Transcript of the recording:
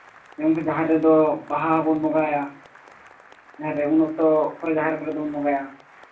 ᱮᱢᱚᱱᱠᱤ ᱡᱟᱦᱮᱨ ᱨᱮᱫᱚ ᱵᱟᱦᱟ ᱵᱚᱱ ᱵᱚᱸᱜᱟᱭᱟ ᱡᱟᱦᱟᱸᱨᱮ ᱩᱱ ᱚᱠᱛᱚ ᱠᱚᱨᱮᱜ ᱡᱟᱦᱮᱨ ᱨᱮᱵᱚᱱ ᱵᱚᱸᱜᱟᱭᱟ